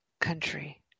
country